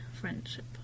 friendship